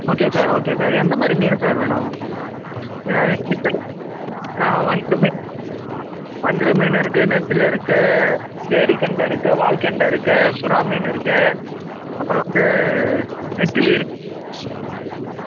okay sir okay sir எந்த மாதிரி மீன் சார் வேணும் ஏன்னால் என்கிட்ட இருக்கிறது வஞ்சிர மீன் வஞ்சிர மீன் இருக்குது நெத்திலி இருக்குது ஏரிகெண்டை இருக்குது வால்கெண்டை இருக்குது சுறா மீன் இருக்குது அப்புறம் வந்து நெத்திலி இருக்குது கருவாடு இதெல்லாம் இருக்குது சார்